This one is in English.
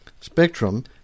Spectrum